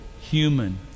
human